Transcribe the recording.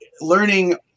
learning